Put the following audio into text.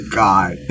god